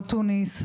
תוניס,